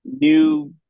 new